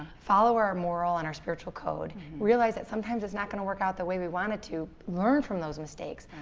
follow our moral and our spiritual code, realize that sometimes it's not going to work out the way we want it to, learn from those mistakes,